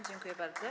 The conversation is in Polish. Dziękuję bardzo.